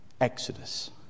Exodus